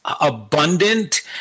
abundant